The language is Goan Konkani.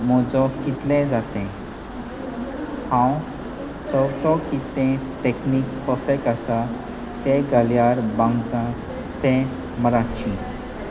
म्हजो कितलें जातें हांव चवथो कितें टॅक्नीक पफेक्ट आसा तें गाल्यार बांगक तें मचीं